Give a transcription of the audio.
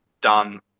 done